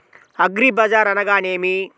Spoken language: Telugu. అగ్రిబజార్ అనగా నేమి?